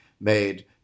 made